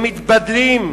הם מתבדלים,